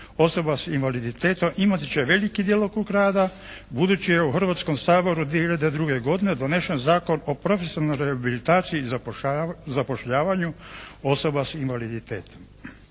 osoba s invaliditetom imat će veliki djelokrug rada budući je u Hrvatskom saboru 2002. godine donesen Zakon o profesionalnoj rehabilitaciji i zapošljavanju osoba s invaliditetom.